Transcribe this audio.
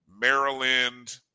Maryland